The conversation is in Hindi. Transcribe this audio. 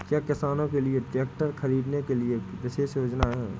क्या किसानों के लिए ट्रैक्टर खरीदने के लिए विशेष योजनाएं हैं?